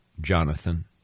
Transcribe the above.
Jonathan